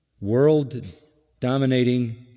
world-dominating